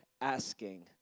asking